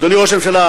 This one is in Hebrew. אדוני ראש הממשלה,